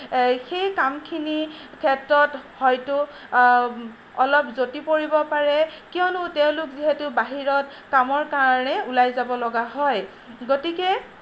সেই কামখিনিৰ ক্ষেত্ৰত হয়তো অলপ যতি পৰিব পাৰে কিয়নো তেওঁলোক যিহেতু বাহিৰত কামৰ কাৰণে ওলাই যাব লগা হয় গতিকে